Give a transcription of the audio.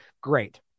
Great